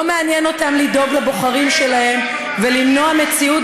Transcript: לא מעניין אותם לדאוג לבוחרים שלהם ולמנוע מציאות